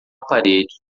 parede